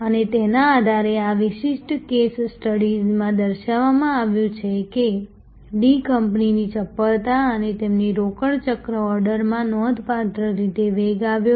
અને તેના આધારે આ વિશિષ્ટ કેસ સ્ટડીમાં દર્શાવવામાં આવ્યું છે કે ડી કંપનીની ચપળતા તેમની રોકડ ચક્રના ઓર્ડરમાં નોંધપાત્ર રીતે વેગ આવ્યો છે